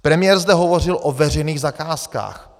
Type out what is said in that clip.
Premiér zde hovořil o veřejných zakázkách.